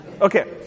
Okay